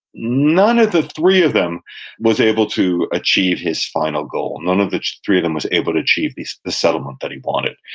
none of the three of them was able to achieve his final goal. none of the three of them was able to achieve the settlement that he wanted,